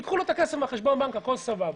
ייקחו לו את הכסף מחשבון הבנק, הכול סבבה.